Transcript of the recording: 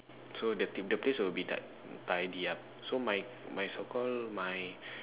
so the the place will be tidy up so so my so called my